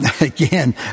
again